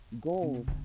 goals